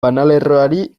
banalerroari